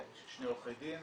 שני עורכי דין